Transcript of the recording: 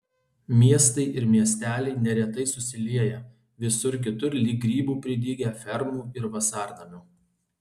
miestai ir miesteliai neretai susilieję visur kitur lyg grybų pridygę fermų ir vasarnamių